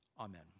Amen